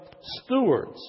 stewards